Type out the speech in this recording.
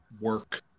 work